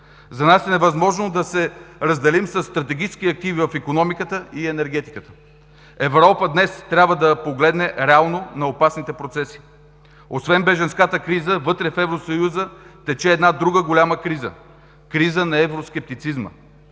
За нас е невъзможно да се разделим със стратегически активи в икономиката и енергетиката. Европа днес трябва да погледне реално на опасните процеси. Освен бежанската криза, вътре в Евросъюза тече една друга голяма криза –криза на евроскептицизма.